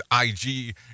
IG